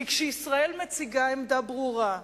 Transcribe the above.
כי כשישראל מציגה עמדה ברורה,